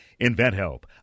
InventHelp